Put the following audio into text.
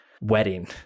wedding